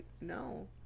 No